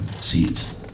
seeds